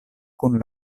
kun